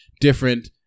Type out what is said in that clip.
different